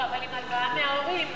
לא, אבל עם הלוואה מההורים אפשר.